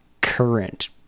current